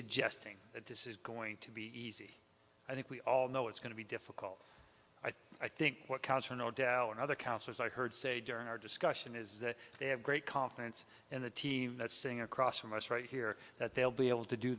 suggesting that this is going to be easy i think we all know it's going to be difficult i think i think what counts are no doubt one of the counselors i heard say during our discussion is that they have great confidence in the team that's sitting across from us right here that they'll be able to do